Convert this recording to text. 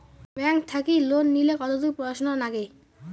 Bank থাকি loan নিলে কতদূর পড়াশুনা নাগে?